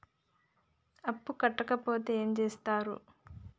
అప్పు కట్టకపోతే ఏమి చేత్తరు?